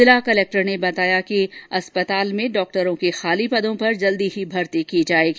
जिला कलक्टर ने बताया कि अस्पताल में डॉक्टरों के खाली पंदों पर जल्दी ही भर्ती की जायेगी